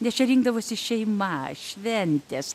nes čia rinkdavosi šeima šventės